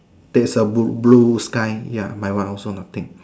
there's a blue blue sky ya my one also nothing